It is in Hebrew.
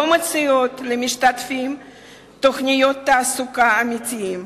לא מציעות למשתתפים תוכניות תעסוקה אמיתיות,